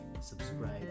subscribe